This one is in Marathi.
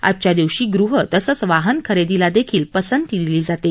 आजच्या दिवशी गृह तसंच वाहन खरेदीला देखील पसंती दिली जाते